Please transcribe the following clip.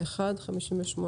הצבעה אושרה.